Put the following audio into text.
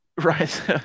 Right